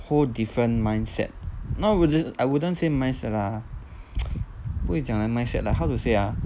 whole different mindset not wouldn't I wouldn't say mindset lah 不会讲 ah mindset lah how to say ah